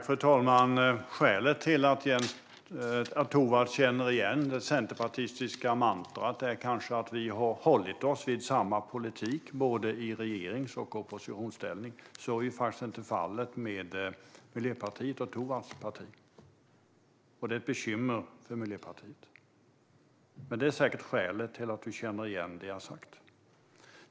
Fru talman! Skälet till att Tovatt känner igen det centerpartistiska mantrat är kanske att vi har hållit oss till samma politik såväl i regeringsställning som i opposition. Så är ju inte fallet med Tovatts parti, och det är ett bekymmer för Miljöpartiet. Detta är säkert skälet till att du känner igen det som jag har sagt.